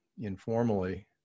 informally